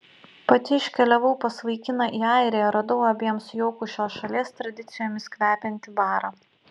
pati iškeliavau pas vaikiną į airiją radau abiems jaukų šios šalies tradicijomis kvepiantį barą